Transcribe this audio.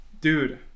Dude